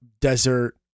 desert